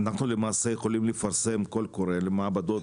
אנחנו למעשה יכולים לפרסם קול קורא למעבדות